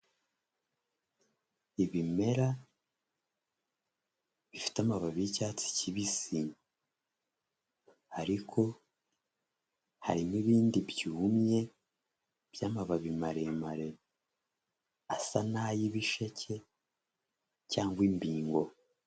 Ibimera bifite amababi y'icyatsi kibisi, ariko hari n'ibindi byumye by'amababi maremare asa n'ay'ibisheke cyangwa imbingo.